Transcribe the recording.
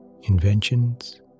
inventions